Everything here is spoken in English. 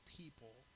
people